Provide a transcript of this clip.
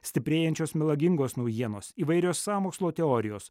stiprėjančios melagingos naujienos įvairios sąmokslo teorijos